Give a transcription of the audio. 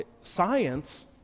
Science